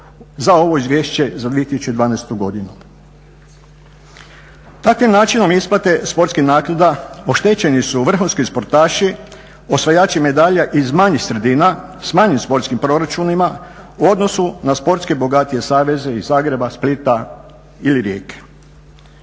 za ovo izvješće za 2012. godinu. Takvim načinom isplate sportskim naknada oštećeni su vrhunski sportaši, osvajači medalja iz manjih sredina s manjim sportskim proračunima, u odnosu na sportski bogatije saveze iz Zagreba, Splita ili Rijeke.